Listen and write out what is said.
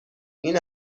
این